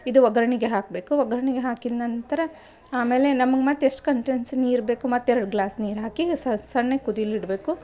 ಇದು ಒಗ್ಗರಣೆಗೆ ಹಾಕಬೇಕು ಒಗ್ಗರಣೆಗೆ ಹಾಕಿದ ನಂತರ ಆಮೇಲೆ ನಮ್ಗೆ ಮತ್ತು ಎಷ್ಟು ಕಂಟೆನ್ಸಿ ನೀರು ಬೇಕು ಮತ್ತು ಎರಡು ಗ್ಲಾಸ್ ನೀರು ಹಾಕಿ ಸಣ್ಣಗೆ ಕುದಿಲಿಡಬೇಕು